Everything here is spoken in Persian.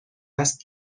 است